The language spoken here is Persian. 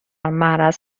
معرض